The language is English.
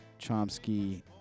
Chomsky